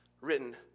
written